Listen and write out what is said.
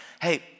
hey